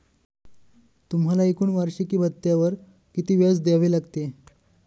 तुम्हाला एकूण वार्षिकी भत्त्यावर किती व्याज द्यावे लागले